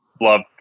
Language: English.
love